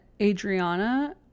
adriana